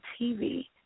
TV